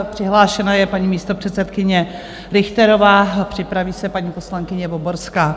Přihlášena je paní místopředsedkyně Richterová, připraví se paní poslankyně Voborská.